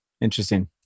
Interesting